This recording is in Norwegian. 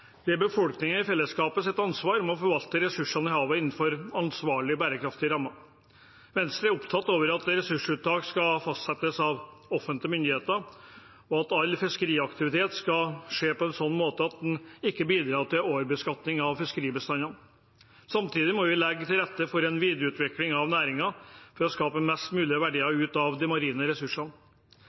Det er befolkningen i fellesskap sitt ansvar å forvalte ressursene i havet innenfor ansvarlige, bærekraftige rammer. Venstre er opptatt av at ressursuttak skal fastsettes av offentlige myndigheter, og at all fiskeriaktivitet skal skje på en sånn måte at den ikke bidrar til overbeskatning av fiskebestandene. Samtidig må vi legge til rette for en videreutvikling av næringen for å skape mest mulig verdier av de marine ressursene.